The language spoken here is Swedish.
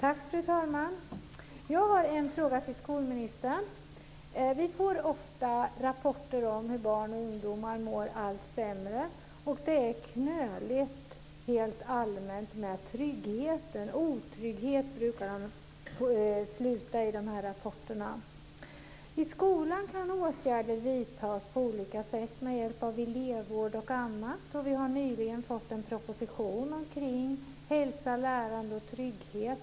Fru talman! Jag har en fråga till skolministern. Vi får ofta rapporter om hur barn och ungdomar mår allt sämre. Det är rent allmänt knöligt med tryggheten. Man brukar sluta de här rapporterna med otrygghet. I skolan kan åtgärder vidtas på olika sätt med hjälp av elevvård och annat. Vi har nyligen fått en proposition om hälsa, lärande och trygghet.